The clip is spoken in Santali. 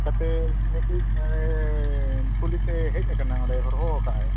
ᱪᱮᱠᱟᱛᱮ ᱢᱤᱴᱤᱡ ᱯᱩᱞᱤᱥᱮ ᱦᱮᱡ ᱟᱠᱟᱱᱟ ᱚᱸᱰᱮ ᱦᱚᱨᱦᱚᱣ ᱠᱟᱜᱼᱟᱭ